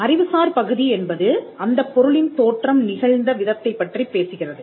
அறிவுசார் பகுதி என்பது அந்தப் பொருளின் தோற்றம் நிகழ்ந்த விதத்தைப் பற்றிப் பேசுகிறது